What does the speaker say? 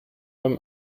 beim